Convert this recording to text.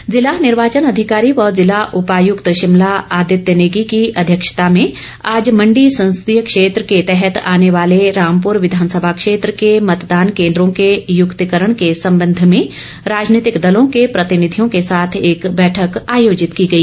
बैठक जिला निर्वाचन अधिकारी व ज़िला उपायुक्त शिमला आदित्य नेगी की अध्यक्षता में आज मंडी संसदीय क्षेत्र के तहत आने वाले रामपूर विधानसभा क्षेत्र ँ के मतदान केंद्रों के युक्तिकरण के संबंध में राजनीतिक दलों के प्रतिनिधियों के साथ एक बैठक आयोजित की गई